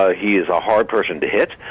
ah he is a hard person to hit